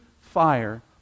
fire